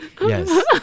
yes